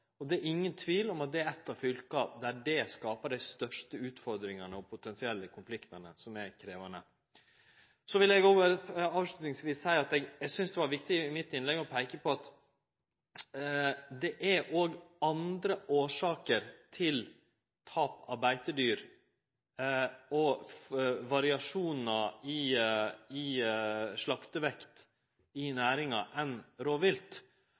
og det er ingen tvil om at det er eitt av fylka der det skapar dei største utfordringane og potensielle konfliktane. Så vil eg avslutningsvis seie at eg synest det i innlegget mitt var viktig å peike på at det i næringa òg er andre årsaker til tap av beitedyr og variasjonar i slaktevekt, enn